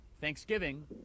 Thanksgiving